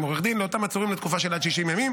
עורך דין לאותם עצורים לתקופה של עד 60 ימים,